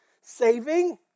saving